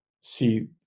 see